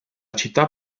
città